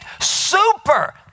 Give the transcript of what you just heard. Super